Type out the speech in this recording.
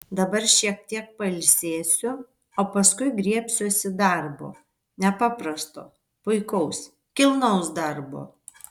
dabar šiek tiek pailsėsiu o paskui griebsiuosi darbo nepaprasto puikaus kilnaus darbo